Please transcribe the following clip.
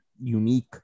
unique